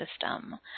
system